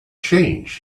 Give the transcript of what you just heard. change